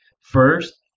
first